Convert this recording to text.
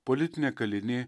politinė kalinė